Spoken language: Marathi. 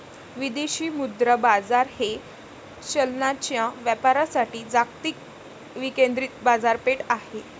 विदेशी मुद्रा बाजार हे चलनांच्या व्यापारासाठी जागतिक विकेंद्रित बाजारपेठ आहे